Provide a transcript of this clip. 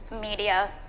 media